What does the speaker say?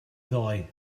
ddoe